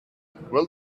will